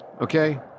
okay